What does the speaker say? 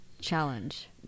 challenge